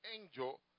angel